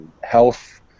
health